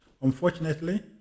Unfortunately